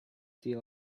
deal